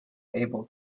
able